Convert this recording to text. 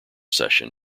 session